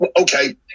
Okay